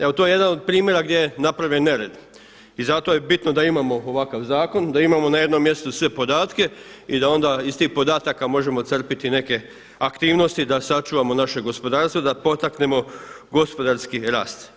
Evo to je jedan od primjera gdje je napravljen nered i zato je bitno da imamo ovakav zakon, da imamo na jednom mjestu sve podatke i da onda iz tih podataka možemo crpiti neke aktivnosti da sačuvamo naše gospodarstvo, da potaknemo gospodarski rast.